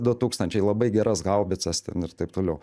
du tūkstančiai labai geras haubicas ten ir taip toliau